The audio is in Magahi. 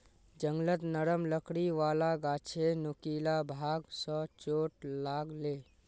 जंगलत नरम लकड़ी वाला गाछेर नुकीला भाग स चोट लाग ले